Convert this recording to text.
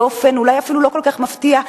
באופן אולי אפילו לא כל כך מפתיע,